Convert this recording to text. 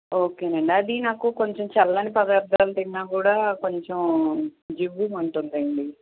okay అండి అది నాకు కొంచెం చల్లని పదార్థాలు తిన్నా కూడా కొంచెం జివ్వుమంటుందండి